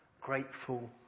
grateful